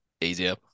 Easier